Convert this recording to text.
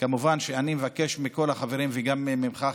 אני מבקש מכל החברים וגם ממך,